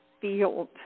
field